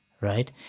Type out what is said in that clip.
Right